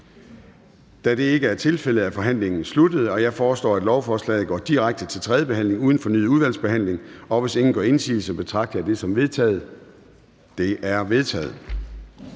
tiltrådt af udvalget? De er vedtaget. Jeg foreslår, at lovforslaget går direkte til tredje behandling uden fornyet udvalgsbehandling, og hvis ingen gør indsigelse, betragter jeg dette som vedtaget. Det er vedtaget.